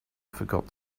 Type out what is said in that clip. forgot